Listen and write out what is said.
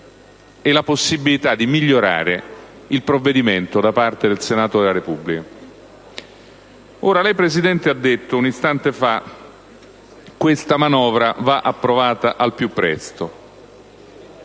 e la possibilità di un miglioramento dello stesso da parte del Senato della Repubblica. Lei, signor Presidente, ha detto un istante fa che questa manovra va approvata al più presto;